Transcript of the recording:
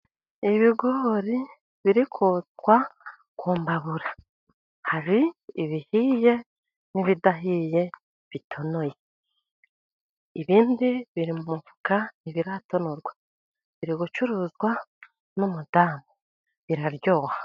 Ibigori biri kotswa ku mbabura. Hari ibihiye n'ibidahiye bitonoye. Ibindi biri mu mufuka ntibiratonorwa. Biri gucuruzwa n'umudamu, biraryoha.